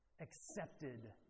Accepted